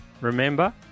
remember